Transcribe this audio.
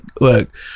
look